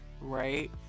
right